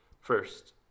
First